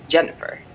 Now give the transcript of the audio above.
Jennifer